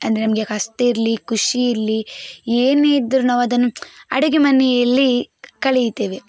ಅಂದರೆ ನಮಗೆ ಕಷ್ಟ ಇರಲಿ ಖುಷಿ ಇರಲಿ ಏನೇ ಇದ್ರು ನಾವದನ್ನು ಅಡುಗೆ ಮನೆಯಲ್ಲಿ ಕಳೀತೇವೆ